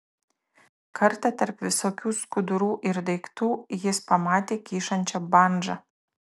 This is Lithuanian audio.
kartą tarp visokių skudurų ir daiktų jis pamatė kyšančią bandžą